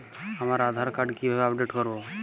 আমার আধার কার্ড কিভাবে আপডেট করব?